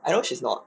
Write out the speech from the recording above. I know she's not